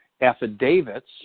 affidavits